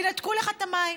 ינתקו לך את המים.